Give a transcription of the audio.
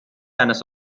eines